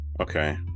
Okay